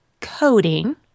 coding